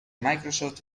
microsoft